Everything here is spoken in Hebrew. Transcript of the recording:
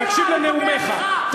תקשיב לנאומיך.